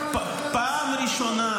אבל הלכה למעשה,